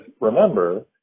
remember